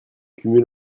cumul